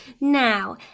Now